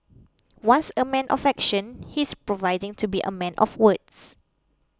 once a man of action he is providing to be a man of words